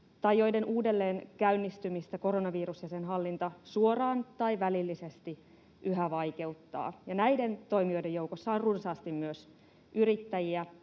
tai joiden uudelleen käynnistymistä koronavirus ja sen hallinta suoraan tai välillisesti yhä vaikeuttaa. Näiden toimijoiden joukossa on runsaasti myös yrittäjiä,